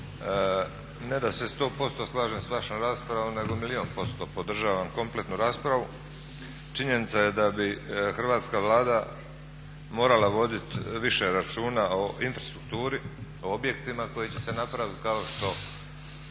ne da se 100% slažem s vašom raspravom nego milijun posto, podržavam kompletnu raspravu. Činjenica je da bi hrvatska Vlada morala voditi više računa o infrastrukturi, o objektima koji će se napravit kao što